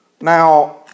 Now